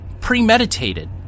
premeditated